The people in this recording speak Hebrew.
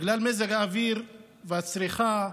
בגלל מזג האוויר והצריכה המוגברת,